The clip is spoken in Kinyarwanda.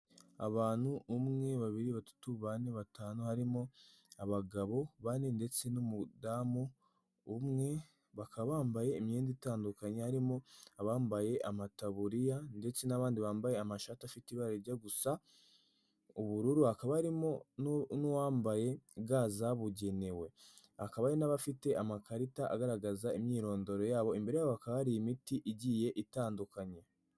Abantu umwe, babiri, batatu, bane, batanu, harimo abagabo bane ndetse n'umudamu umwe. Bakaba bambaye imyenda itandukanye harimo abambaye amataburiya ndetse n'abandi bambaye amashati afite ibara rijya gusa ubururu. Hakaba harimo n'uwambaye ga zabugenewe. Hakaba harimo n'abafite amakarita agaragaza imyirondoro yabo. Imbere yabo hakaba hari imiti igiye itandukanye.